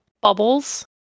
bubbles